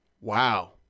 Wow